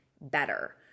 better